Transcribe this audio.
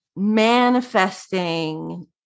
Manifesting